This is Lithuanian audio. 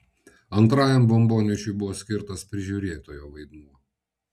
antrajam bombonešiui buvo skirtas prižiūrėtojo vaidmuo